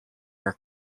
our